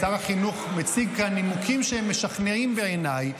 שר החינוך מציג כאן נימוקים שהם משכנעים בעיניי,